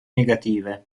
negative